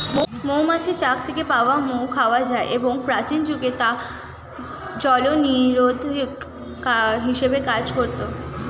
মৌমাছির চাক থেকে পাওয়া মোম খাওয়া যায় এবং প্রাচীন যুগে তা জলনিরোধক হিসেবে কাজ করত